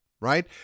right